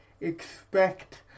Expect